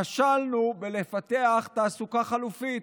כשלנו בלפתח תעסוקה בהם חלופית.